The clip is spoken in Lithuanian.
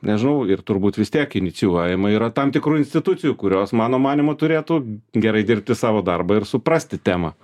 nežinau ir turbūt vis tiek inicijuojama yra tam tikrų institucijų kurios mano manymu turėtų gerai dirbti savo darbą ir suprasti temą